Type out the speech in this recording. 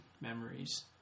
memories